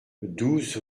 douze